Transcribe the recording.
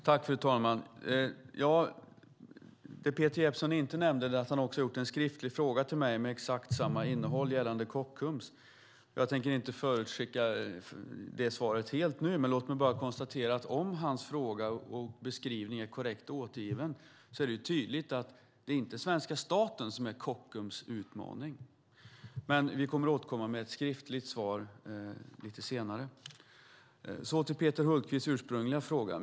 Fru talman! Det Peter Jeppsson inte nämnde är att han också ställt en skriftlig fråga till mig med exakt samma innehåll gällande Kockums. Jag tänker inte förutskicka svaret helt nu, men låt mig bara konstatera att om hans fråga och beskrivning är korrekt återgiven är det tydligt att det inte är svenska staten som är Kockums utmaning. Men vi kommer att återkomma med ett skriftligt svar lite senare. Så till Peter Hultqvists ursprungliga fråga.